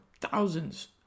thousands